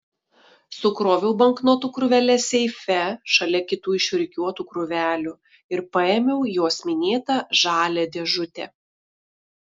sukroviau banknotų krūveles seife šalia kitų išrikiuotų krūvelių ir paėmiau jos minėtą žalią dėžutę